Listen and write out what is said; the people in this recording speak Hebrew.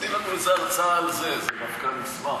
תני לנו איזה הרצאה על זה, דווקא נשמח.